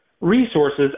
resources